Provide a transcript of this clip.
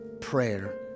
Prayer